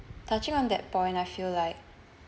touching on that point I feel like